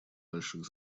больших